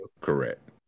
correct